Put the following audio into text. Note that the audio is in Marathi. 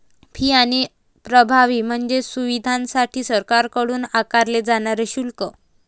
फी आणि प्रभावी म्हणजे सुविधांसाठी सरकारकडून आकारले जाणारे शुल्क